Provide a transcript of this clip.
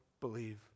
believe